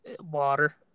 Water